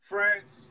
France